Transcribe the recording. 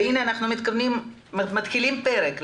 והנה אנחנו מתחילים פרק,